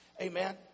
Amen